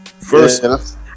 first